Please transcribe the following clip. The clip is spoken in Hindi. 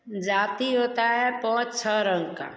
जाति होता है पाँच छः रंग का